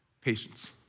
patience